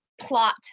plot